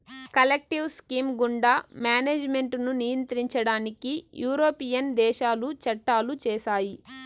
collective scheme గుండా management ను నియంత్రించడానికి యూరోపియన్ దేశాలు చట్టాలు చేశాయి